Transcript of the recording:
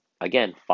Again